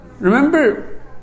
Remember